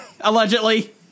Allegedly